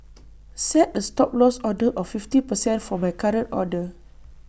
set A Stop Loss order of fifty percent for my current order